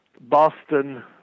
Boston